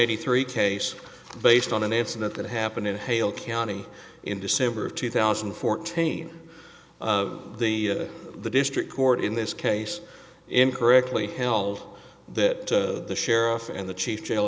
eighty three case based on an incident that happened in hale county in december of two thousand and fourteen the the district court in this case incorrectly held that the sheriff and the chief jail